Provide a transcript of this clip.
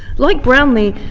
like brownlee,